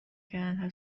کردن